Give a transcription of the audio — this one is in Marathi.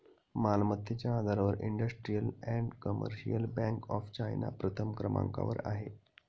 मालमत्तेच्या आधारावर industrial and commercial bank of China प्रथम क्रमांकावर आहे